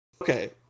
Okay